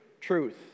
Truth